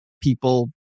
people